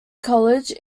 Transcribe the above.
college